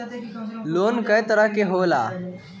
Loan कय तरह के होला?